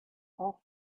off